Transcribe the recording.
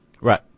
Right